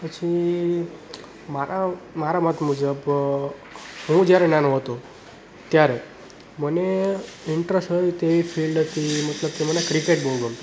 પછી મારા મારા મત મુજબ હું જ્યારે નાનો હતો ત્યારે મને ઇન્ટરેસ્ટ હતી તેવી ફિલ્ડ હતી મતલબ કે મને ક્રિકેટ બહુ ગમતી